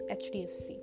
hdfc